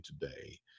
today